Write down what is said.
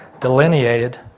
delineated